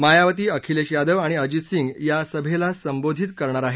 मायावती अखिलेश यादव आणि अजित सिंग या सभेला संबोधित करणार आहेत